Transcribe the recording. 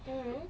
mm